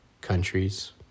countries